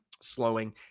slowing